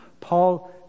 paul